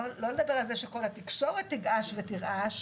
לא לדבר על זה שכל התקשורת תגעש ותרעש,